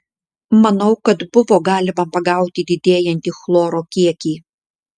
manau kad buvo galima pagauti didėjantį chloro kiekį